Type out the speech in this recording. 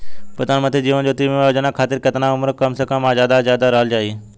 प्रधानमंत्री जीवन ज्योती बीमा योजना खातिर केतना उम्र कम से कम आ ज्यादा से ज्यादा रहल चाहि?